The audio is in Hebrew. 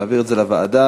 להעביר את הנושא לוועדה.